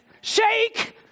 shake